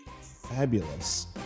fabulous